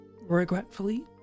regretfully